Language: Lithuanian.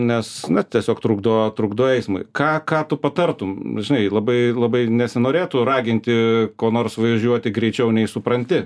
nes na tiesiog trukdo trukdo eismui ką ką tu patartum žinai labai labai nesinorėtų raginti ko nors važiuoti greičiau nei supranti